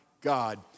God